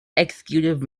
executive